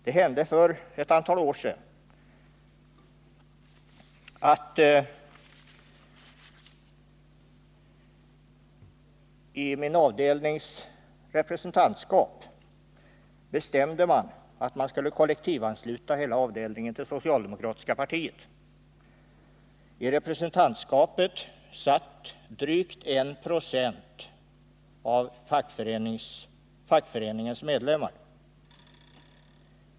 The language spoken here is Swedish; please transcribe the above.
Det hände för ett antal år sedan att man i min avdelnings representantskap bestämde att man skulle kollektivansluta hela avdelningen till socialdemokratiska partiet. I representantskapet satt drygt 1 96 av fackföreningens medlemmar.